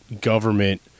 government